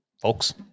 folks